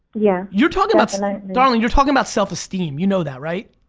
yeah you're talking about, so darling you're talking about self-esteem, you know that right?